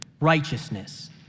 righteousness